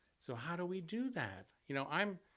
so how do we do that? you know, i'm